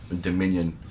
Dominion